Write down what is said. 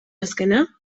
azkena